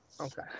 okay